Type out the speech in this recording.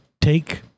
take